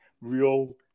real